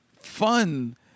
fun